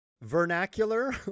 vernacular